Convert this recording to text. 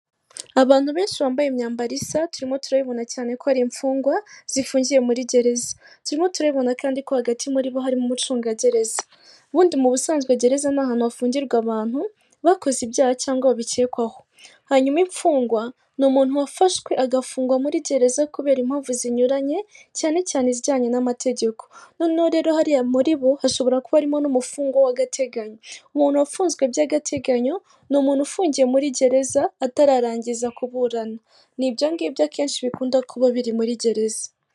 Abantu benshi bambaye imyambaro isa turimo turabibona cyane ko hari imfungwa zifungiye muri gereza turimo turabibona kandi ko hagati muri bo hari umucungagereza. Ubundi mu busanzwe gereza ni ahantu hafungirwa abantu bakoze ibyaha cyangwa babikekwaho hanyuma imfungwa ni umuntu wafashwe, agafungwa muri gereza kubera impamvu zinyuranye cyane cyane zijyanye n'amategeko. Noneho rero hariya muri bo hashobora kuba harimo n'umufungwa w'agateganyo, umuntu wafunzwe by'agateganyo ni umuntu ufungiye muri gereza atararangiza kuburana ni ibyo ngibyo akenshi bikunda kuba biri muri gereza.